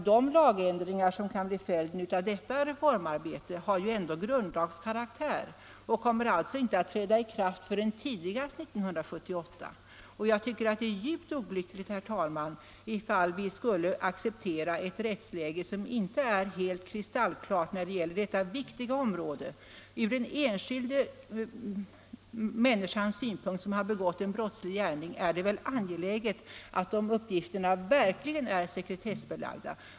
De lagändringar som kan bli följden av det reformarbetet har ju ändå grundlagskaraktär och kommer alltså inte att träda i kraft förrän tidigast 1978. Det vore enligt min mening djupt olyckligt om vi skulle acceptera ett rättsläge som inte är helt kristallklart när det gäller detta viktiga område. Från den enskilda människas synpunkt som har begått en brottslig gärning är det angeläget att dessa uppgifter verkligen är sekretessbelagda.